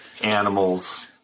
animals